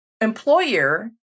employer